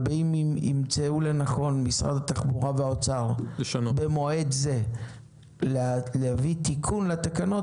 אבל אם ימצאו לנכון משרד התחבורה והאוצר במועד זה להביא תיקון לתקנות,